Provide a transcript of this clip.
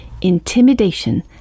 intimidation